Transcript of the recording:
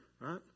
right